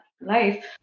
life